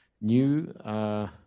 new